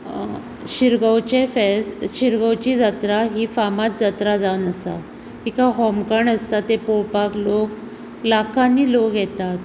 शिरगांवचें फेस्त शिरगांवची जात्रा ही फामाद जात्रा जावन आसा तिका होमखण आसता तें पळोवपाक लोक लाखांनी लोक येतात